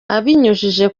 abinyujije